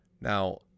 now